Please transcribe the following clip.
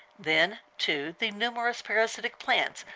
then, too, the numerous parasitic plants,